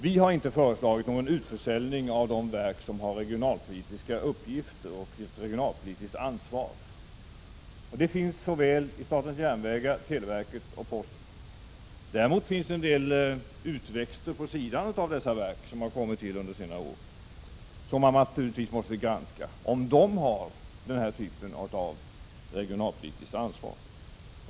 Vi har inte föreslagit någon utförsäljning av de verk som har regionalpolitiska uppgifter och ett regionalpolitiskt ansvar. Det gäller såväl statens järnvägar som televerket och posten. Däremot finns det en del utväxter vid sidan av dessa verk som har kommit till under senare år, och man måste naturligtvis granska om de har den här typen av regionalpolitiskt ansvar.